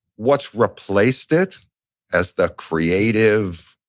what's replaced it as the creative,